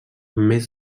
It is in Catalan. més